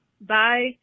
bye